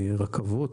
ברכבות.